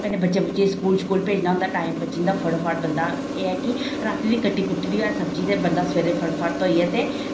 कन्नै बच्चे बुच्चे स्कूल श्कूल भेजना होंदा टाइम बची जंदा फटोफट बंदा एह् है कि रातीं दी कट्टी कुट्टी दी होऐ सब्जी ते बंदा सवेरे फटोफट धोइयै ते